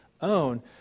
own